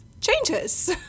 changes